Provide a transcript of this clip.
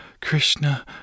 Krishna